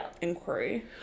inquiry